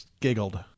giggled